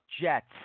Jets